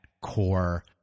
core